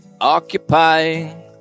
Occupying